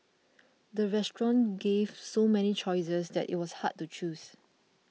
the restaurant gave so many choices that it was hard to choose